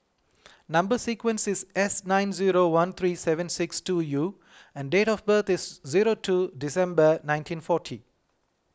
Number Sequence is S nine zero one three seven six two U and date of birth is zero two December nineteen forty